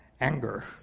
anger